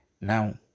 Now